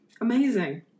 Amazing